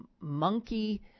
monkey